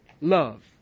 love